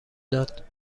داد